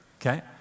Okay